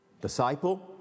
disciple